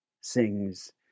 sings